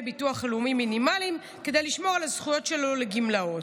ביטוח לאומי מינימליים כדי לשמור על הזכויות שלו לגמלאות.